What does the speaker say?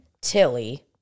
Tilly